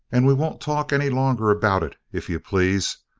and we won't talk any longer about it, if you please.